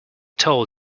told